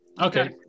Okay